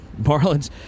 Marlins